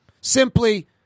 simply